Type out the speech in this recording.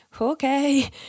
okay